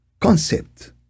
concept